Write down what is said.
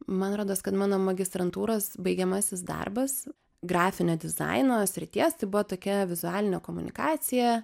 man rodos kad mano magistrantūros baigiamasis darbas grafinio dizaino srities tai buvo tokia vizualinė komunikacija